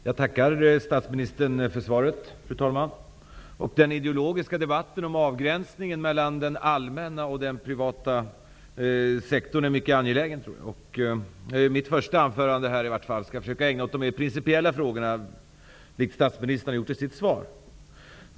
Fru talman! Jag tackar statsministern för svaret. Den ideologiska debatten om avgränsningen mellan den allmänna och den privata sektorn är mycket angelägen. Mitt första anförande här skall jag försöka att ägna åt de mer principiella frågorna, vilket även statsministern har gjort i sitt svar.